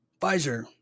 Pfizer